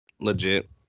Legit